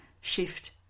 Shift